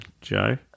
Joe